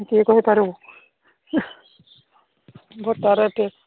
କିଏ କହିପାରିବ